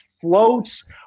floats